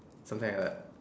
something like that